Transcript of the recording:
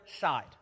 side